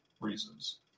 reasons